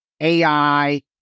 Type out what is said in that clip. AI